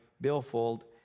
billfold